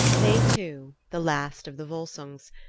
they two, the last of the volsungs,